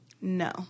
no